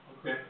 Okay